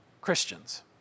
Christians